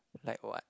like what